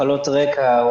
מחלות רקע,